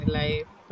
life